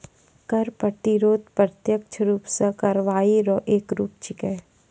कर प्रतिरोध प्रत्यक्ष रूप सं कार्रवाई रो एक रूप छिकै